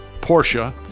Porsche